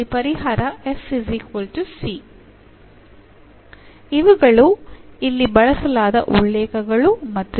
ಪರಿಹಾರ ಇವುಗಳು ಇಲ್ಲಿ ಬಳಸಲಾದ ಉಲ್ಲೇಖಗಳು ಮತ್ತು